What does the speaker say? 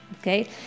okay